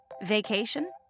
vacation